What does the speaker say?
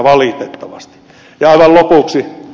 aivan lopuksi ed